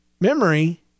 memory